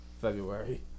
February